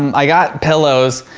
i got pillows,